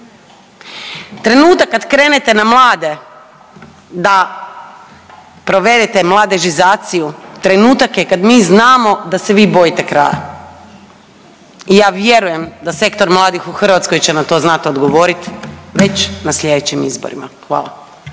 Trenutak kad krenete na mlade da provedete mladežizaciju, trenutak je kad mi znamo da se vi bojite kraja. I ja vjerujem da sektor mladih u Hrvatskoj će na to znati odgovoriti već na sljedećim izborima. Hvala.